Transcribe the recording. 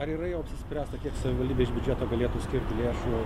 ar yra jau apsispręsta kiek savivaldybė iš biudžeto galėtų skirti lėšų